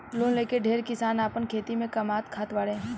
loan लेके ढेरे किसान आपन खेती से कामात खात बाड़े